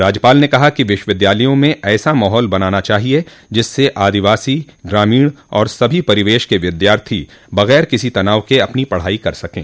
राज्यपाल ने कहा कि विश्वविद्यालयों में ऐसा माहौल बनाना चाहिए जिससे आदिवासी ग्रामीण और सभी परिवेश के विद्यार्थी बग़ैर किसी तनाव के अपनी पढ़ाई कर सकें